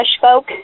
folk